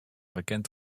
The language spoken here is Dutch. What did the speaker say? bekend